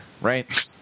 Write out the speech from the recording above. right